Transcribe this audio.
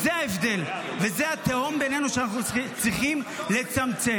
זה ההבדל, וזו התהום בינינו שאנחנו צריכים לצמצם.